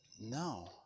No